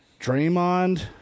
Draymond